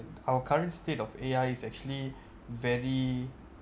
our current state of A_I is actually very